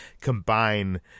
combine